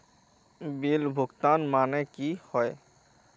Bill भुगतान माने की होय?